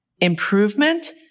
improvement